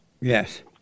Yes